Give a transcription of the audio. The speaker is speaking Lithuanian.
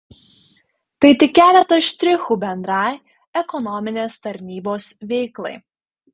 tai tik keletas štrichų bendrai ekonominės tarnybos veiklai